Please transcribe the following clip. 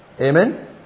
Amen